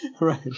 Right